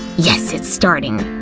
yes! it's starting!